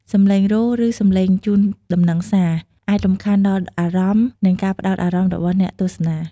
សំឡេងរោទ៍ ឬសំឡេងជូនដំណឹងសារ អាចរំខានដល់អារម្មណ៍ និងការផ្ដោតអារម្មណ៍របស់អ្នកទស្សនា។